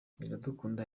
iradukunda